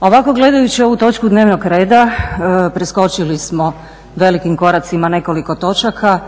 Ovako gledajući ovu točku dnevnog reda preskočili smo velikim koracima nekoliko točaka